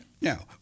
Now